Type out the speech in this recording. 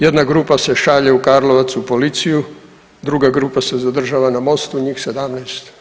Jedna grupa se šalje u Karlovac u policiju, druga grupa se zadržava na mostu, njih 17.